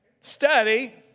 study